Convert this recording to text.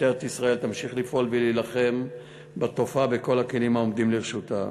משטרת ישראל תמשיך לפעול ולהילחם בתופעה בכל הכלים העומדים לרשותה.